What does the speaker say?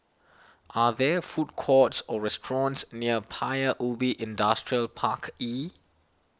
are there food courts or restaurants near Paya Ubi Industrial Park E